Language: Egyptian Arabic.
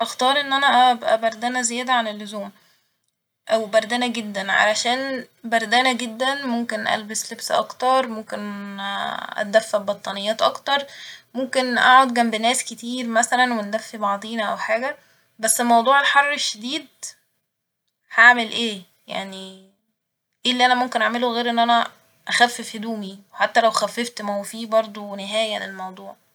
أختار إن أنا أبقى بردانة زيادة عن اللزوم أو بردانة جدا علشان بردانة جدا ممكن ألبس لبس أكتر ممكن أتدفى ببطانيات أكتر ممكن أقعد جنب ناس كتير مثلا وندفي بعضينا او حاجة ، بس موضوع الحر الشديد هعمل ايه ، يعني ايه اللي ممكن أنا أعمله غير إن أنا أخفف هدومي ، وحتى لو خففت ما هو في برضه نهاية للموضوع